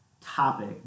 topic